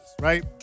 right